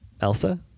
Elsa